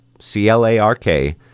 C-L-A-R-K